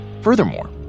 Furthermore